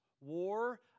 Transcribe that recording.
war